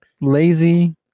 lazy